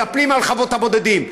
מתנפלים על חוות הבודדים.